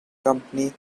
company